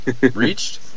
reached